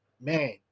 man